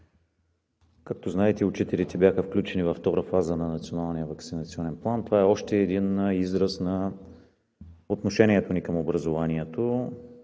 Както знаете, учителите бяха включени във втората фаза на Националния ваксинационен план и това е още един израз на отношението ни към образованието,